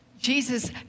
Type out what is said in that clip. Jesus